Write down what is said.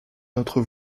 notre